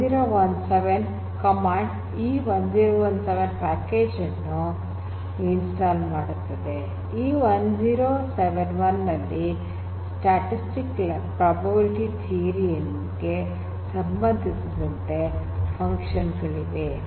package"e1071" command ಇ1071 package ಅನ್ನು install ಮಾಡುತ್ತದೆ ಇ1071 ನಲ್ಲಿ ಸ್ಟ್ಯಾಟಿಸ್ಟಿಕ್ಸ್ ಪ್ರಾಬಬಿಲಿಟಿ ಥಿಯರಿ ಗೆ ಸಂಬಂಧಿಸಿದಂತೆ ಫನ್ಕ್ಷನ್ ಗಳಿವೆ